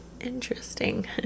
interesting